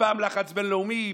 פעם לחץ בין-לאומי,